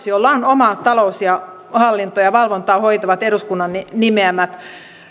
jolla on oma talous ja hallinto ja valvontaa hoitavat eduskunnan nimeämät